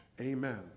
Amen